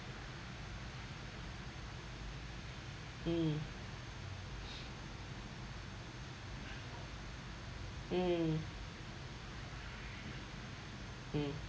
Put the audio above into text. mm mm mm